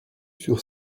sur